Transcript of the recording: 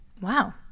Wow